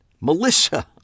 Melissa